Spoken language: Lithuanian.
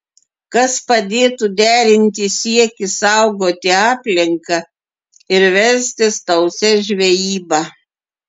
kas padėtų derinti siekį saugoti aplinką ir verstis tausia žvejyba